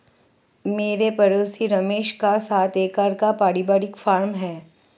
मेरे पड़ोसी रमेश का सात एकड़ का परिवारिक फॉर्म है